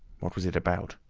what was it about?